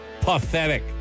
Pathetic